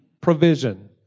provision